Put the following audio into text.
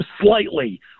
slightly